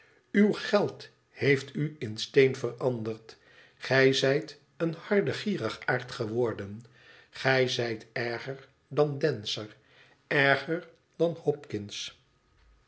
uw geld heeft u in steen veranderd gij zijt een harde gierigaard geworden gij zijt erger dan dancer erger dan